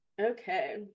okay